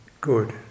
good